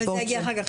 אבל זה יגיע אחר כך.